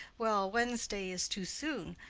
well, wednesday is too soon.